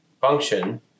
function